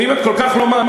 ואם את כל כך לא מאמינה,